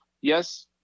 yes